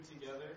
together